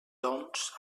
doncs